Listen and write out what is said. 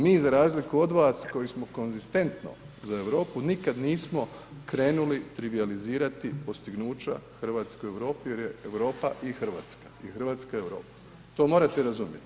Mi za razliku od vas koji smo konzistentno za Europu nikad nismo krenuli trivijalizirati postignuća Hrvatske u Europi jer je Europa i Hrvatska i Hrvatska je Europa, to morate razumjeti.